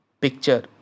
picture